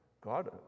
God